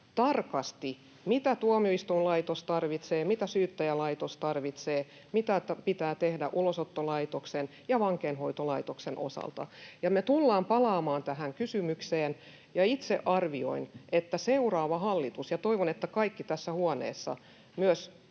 tarkasti, mitä tuomioistuinlaitos tarvitsee, mitä syyttäjälaitos tarvitsee, mitä pitää tehdä Ulosottolaitoksen ja vankeinhoitolaitoksen osalta, ja me tullaan palaamaan tähän kysymykseen. Itse toivon, että kaikki tässä huoneessa